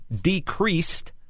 decreased